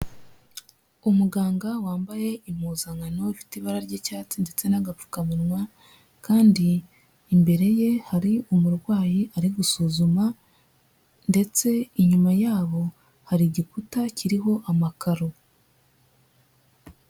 Umuganga wambaye impuzankano afite ibara ry'icyatsi ndetse n'agapfukamunwa, kandi imbere ye hari umurwayi ari gusuzuma ndetse inyuma yabo hari igikuta kiriho amakaro.